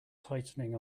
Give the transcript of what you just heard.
tightening